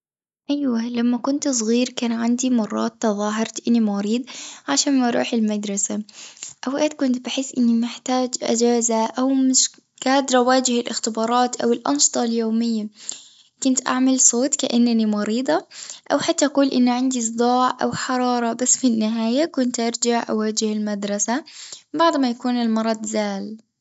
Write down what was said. أيوة لما كنت صغير كان عندي مرات تظاهرت إني مريض عشان ما أروح المدرسة، أوقات كنت بحس إني محتاج أجازة أو مش قادرة أواجه الاختبارات أو الأنشطة اليومية، كنت أعمل صوت كإنني مريضة أو حتى أقول إن عندي صداع أو حرارة، بس في النهاية كنت أرجع أواجه المدرسة، بعد ما يكون المرض زال.